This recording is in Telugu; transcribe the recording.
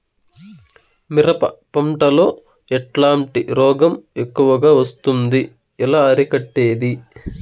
మిరప పంట లో ఎట్లాంటి రోగం ఎక్కువగా వస్తుంది? ఎలా అరికట్టేది?